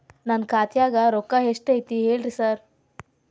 ನನ್ ಖಾತ್ಯಾಗ ರೊಕ್ಕಾ ಎಷ್ಟ್ ಐತಿ ಹೇಳ್ರಿ ಸಾರ್?